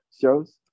shows